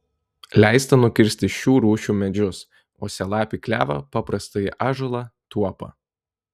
leista nukirsti šių rūšių medžius uosialapį klevą paprastąjį ąžuolą tuopą